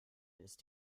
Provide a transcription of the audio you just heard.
ist